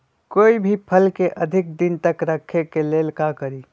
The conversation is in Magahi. कोई भी फल के अधिक दिन तक रखे के लेल का करी?